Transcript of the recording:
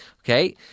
Okay